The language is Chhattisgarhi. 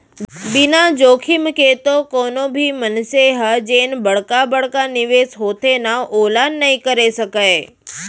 बिना जोखिम के तो कोनो भी मनसे ह जेन बड़का बड़का निवेस होथे ना ओला नइ करे सकय